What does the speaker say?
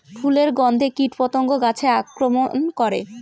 ফুলের গণ্ধে কীটপতঙ্গ গাছে আক্রমণ করে?